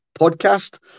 podcast